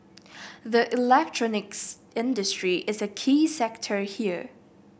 the electronics industry is a key sector here